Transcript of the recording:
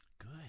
good